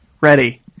ready